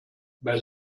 bei